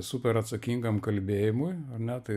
super atsakingam kalbėjimui ar ne tai